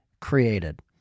created